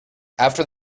after